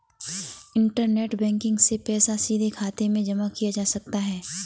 internet banking से पैसा सीधे खाते में जमा किया जा सकता है